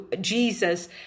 Jesus